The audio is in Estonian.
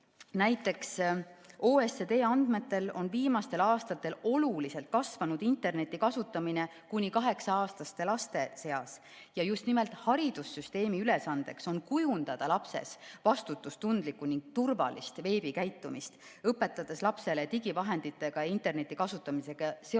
Näiteks OECD andmetel on viimastel aastatel oluliselt kasvanud interneti kasutamine kuni kaheksa-aastaste laste seas ja just nimelt haridussüsteemi ülesandeks on kujundada lapses vastutustundlikku ning turvalist veebikäitumist, õpetades lapsele digivahendite abil interneti kasutamisega seotud